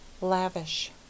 lavish